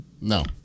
No